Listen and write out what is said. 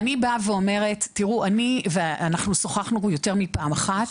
תיראו, אנחנו שוחחנו יותר מפעם אחת.